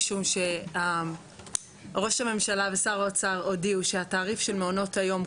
משום שראש הממשלה ושר האוצר הודיעו שהתעריף של מעונות היום,